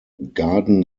garden